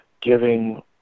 giving